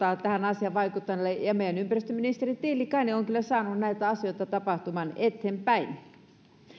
tähän asiaan vaikuttaneille ja meidän ympäristöministerimme tiilikainen on kyllä saanut näitä asioita tapahtumaan eteenpäin